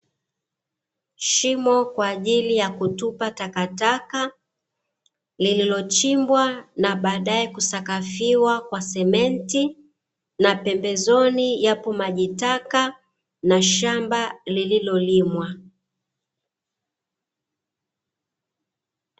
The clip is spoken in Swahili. Shimo kwa ajili ya kutupa takataka, lililochimbwa na baadae kusakafiwa kwa sementi na pembezoni yapo maji taka na shamba lililolimwa.